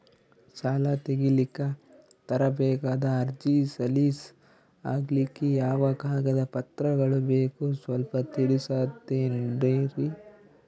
ಸಾಲ ತೆಗಿಲಿಕ್ಕ ತರಬೇಕಾದ ಅರ್ಜಿ ಸಲೀಸ್ ಆಗ್ಲಿಕ್ಕಿ ಯಾವ ಕಾಗದ ಪತ್ರಗಳು ಬೇಕು ಸ್ವಲ್ಪ ತಿಳಿಸತಿರೆನ್ರಿ?